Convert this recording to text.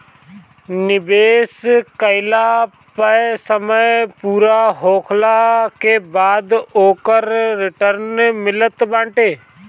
निवेश कईला पअ समय पूरा होखला के बाद ओकर रिटर्न मिलत बाटे